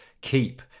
keep